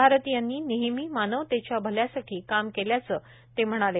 भारतीयांनी नेहमी मानवतेच्या भल्यासाठी काम केल्याचं ते म्हणाले